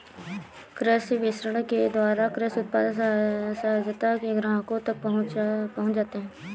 कृषि विपणन के द्वारा कृषि उत्पाद सहजता से ग्राहकों तक पहुंच जाते हैं